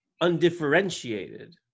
undifferentiated